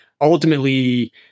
ultimately